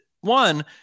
one